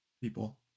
people